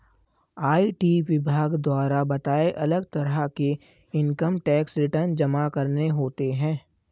IT विभाग द्वारा बताए, अलग तरह के इन्कम टैक्स रिटर्न जमा करने होते है